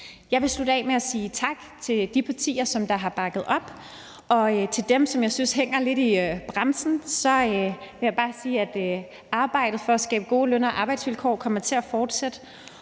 Jeg vil slutte af med at sige tak til de partier, som der har bakket op, og til dem, som jeg synes hænger lidt i bremsen, vil jeg bare sige, at arbejdet for at skabe gode løn- og arbejdsvilkår kommer til at fortsætte,